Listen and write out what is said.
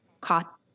caught